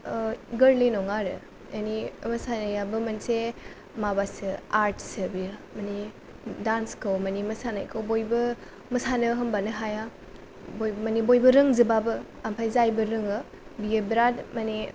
ओ गोरलै नङा आरो माने मोसानायाबो मोनसे माबासो आरट सो बेयो माने दान्स खौ माने मोसानायखौ बयबो मोसानो होमबानो हाया माने बयबो रोंजोबाबो ओमफ्राय जायबो रोङो बियो बिराद माने